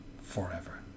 forever